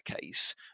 case